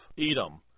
Edom